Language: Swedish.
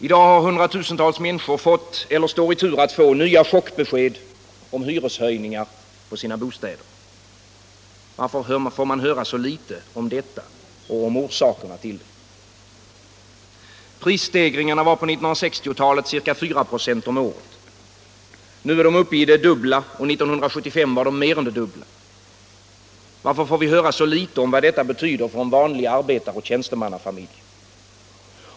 I dag har hundratusentals människor fått eller står i tur att få nya chockbesked om hyreshöjningar på sina bostäder. Varför får man höra så litet om detta och om orsakerna till det? Prisstegringarna var på 1960-talet ca 4 96 om året och under 1970-talet det dubbla. År 1975 var prisstegringarna uppe i 11 96. Varför får vi höra så litet om vad detta betyder för en vanlig arbetar eller tjänstemannafamilj?